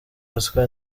ruswa